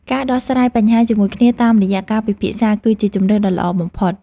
ការដោះស្រាយបញ្ហាជាមួយគ្នាតាមរយៈការពិភាក្សាគឺជាជម្រើសដ៏ល្អបំផុត។